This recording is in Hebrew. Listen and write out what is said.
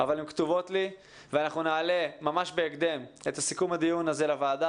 אבל הן כתובות לי ואנחנו נעלה ממש בהקדם את סיכום הדיון הזה לוועדה,